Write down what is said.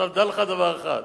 דע לך דבר אחד,